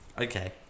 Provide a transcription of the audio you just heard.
Okay